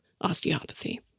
osteopathy